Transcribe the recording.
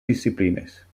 disciplines